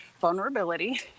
vulnerability